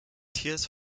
tears